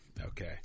Okay